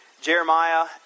Jeremiah